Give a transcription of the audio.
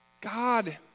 God